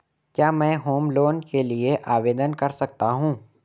क्या मैं home loan के लिए आवेदन कर सकता हूं?